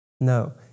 No